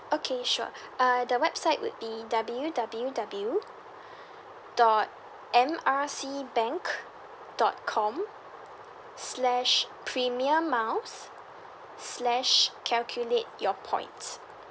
okay sure uh the website would be W_W_W dot M R C bank dot com slash premium miles slash calculate your points